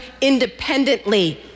independently